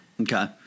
okay